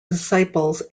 disciples